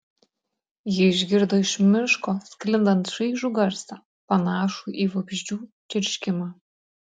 ji išgirdo iš miško sklindant šaižų garsą panašų į vabzdžių čerškimą